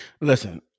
Listen